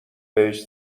بهش